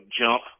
jump